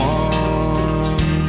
one